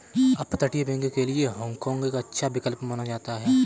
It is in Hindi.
अपतटीय बैंक के लिए हाँग काँग एक अच्छा विकल्प माना जाता है